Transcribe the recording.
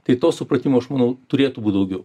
tai to supratimo aš manau turėtų būt daugiau